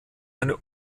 eine